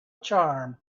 charm